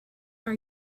are